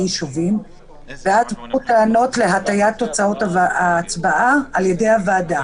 יישובים ואז עלו טענות להטיית תוצאות ההצבעה על ידי הוועדה,